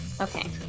okay